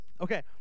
Okay